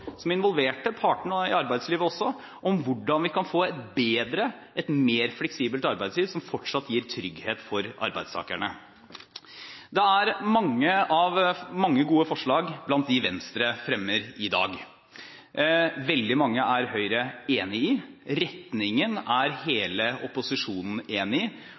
også involverte partene i arbeidslivet – om hvordan vi kan få et bedre og mer fleksibelt arbeidsliv som fortsatt gir trygghet for arbeidstakerne. Det er mange gode forslag blant de Venstre fremmer i dag. Veldig mange er Høyre enig i. Retningen er hele opposisjonen enig i.